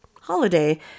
holiday